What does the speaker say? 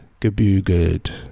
gebügelt